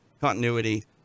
continuity